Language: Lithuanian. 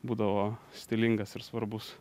būdavo stilingas ir svarbus